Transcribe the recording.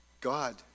God